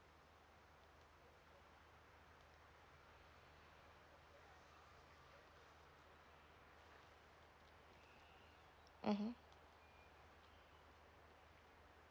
mmhmm